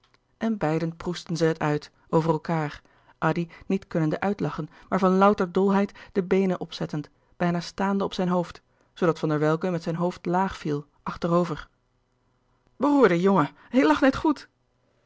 en beiden proestten zij het uit over elkaâr addy niet kunnende uitlachen maar van louter dolheid de beenen opzettend bijna staande op zijn hoofd zoodat van der welcke met zijn hoofd laag viel achterover beroerde jongen ik lag net goed